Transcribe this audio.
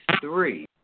three